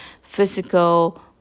physical